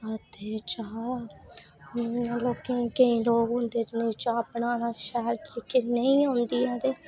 अते चाह् लोकें ई केईं लोक होंदे जिनेंई चा बनाना शैल तरीके दी नेईं औंदी अते